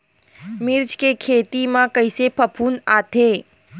मिर्च के खेती म कइसे फफूंद आथे?